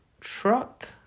truck